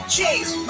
Chase